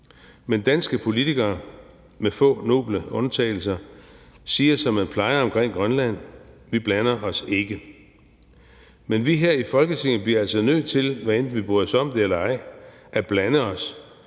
Men danske politikere – med få noble undtagelser – siger, som man plejer, omkring Grønland: Vi blander os ikke. Men vi her i Folketinget bliver altså nødt til, hvad enten vi bryder os om det eller ej, at blande os,